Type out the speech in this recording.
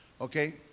Okay